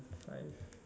alright